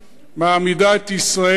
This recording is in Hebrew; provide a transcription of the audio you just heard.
מעמידים את ישראל,